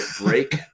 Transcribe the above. break